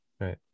right